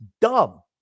dumb